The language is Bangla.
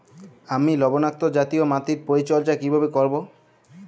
আমি লবণাক্ত জাতীয় মাটির পরিচর্যা কিভাবে করব?